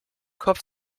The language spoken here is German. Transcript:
kopf